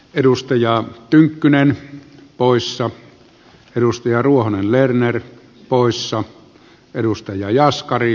edustaja tynkkynen poissa edustaja ruohonen lerner poissa perustaja ja oskari